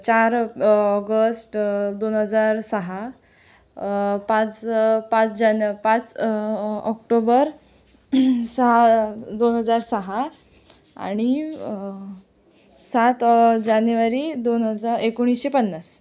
चार ऑगस्ट दोन हजार सहा पाच पाच जाने पाच ऑक्टोबर सहा दोन हजार सहा आणि सात जानेवारी दोन हजार एकोणीसशे पन्नास